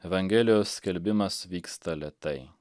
evangelijos skelbimas vyksta lėtai